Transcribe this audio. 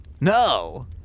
No